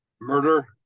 Murder